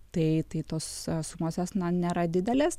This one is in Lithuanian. tai tai tos sumos jos na nėra didelės